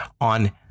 on